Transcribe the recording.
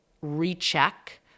recheck